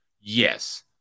Yes